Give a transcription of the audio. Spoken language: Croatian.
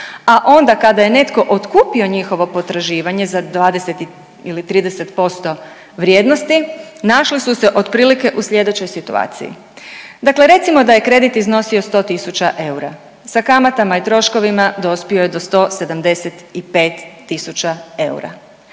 a onda kada je netko otkupio njihovo potraživanje za 20 ili 30% vrijednosti našli su se otprilike u sljedećoj situaciji. Dakle recimo da je kredit iznosio 100 000 eura. Sa kamatama i troškovima dospio je do 175000 eura.